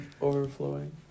overflowing